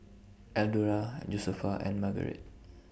Eldora Josefa and Margarett